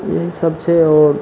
यहीसभ छै आओर